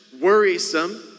worrisome